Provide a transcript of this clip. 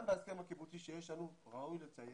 גם בהסכם הקיבוצי שיש לנו, ראוי לציין,